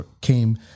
came